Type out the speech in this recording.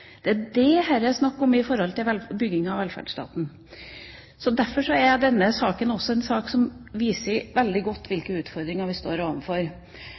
Det er dette det er snakk om når det gjelder bygging av velferdsstaten. Derfor er dette en sak som viser veldig godt hvilke utfordringer vi står